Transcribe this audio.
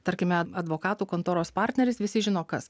tarkime advokatų kontoros partneris visi žino kas